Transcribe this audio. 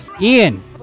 Ian